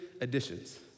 additions